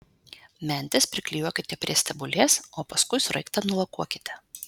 mentes priklijuokite prie stebulės o paskui sraigtą nulakuokite